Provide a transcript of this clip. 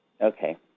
Okay